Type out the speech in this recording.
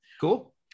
Cool